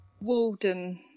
walden